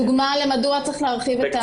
דוגמה מודע צריך להרחיב את השלילה.